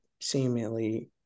seemingly